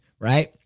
right